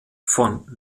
von